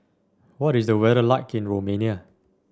what is the weather like in Romania